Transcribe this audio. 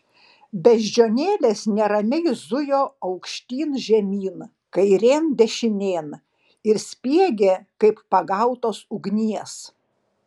beždžionėlės neramiai zujo aukštyn žemyn kairėn dešinėn ir spiegė kaip pagautos ugnies